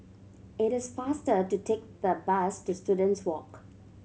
it is faster to take the bus to Students Walk